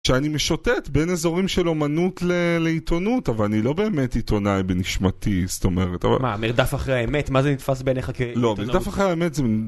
שאני משוטט בין אזורים של אמנות לעיתונות, אבל אני לא באמת עיתונאי בנשמתי, זאת אומרת. מה, מרדף אחרי האמת? מה זה נתפס בעיניך כעיתונאי? לא, מרדף אחרי האמת זה מ..